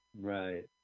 right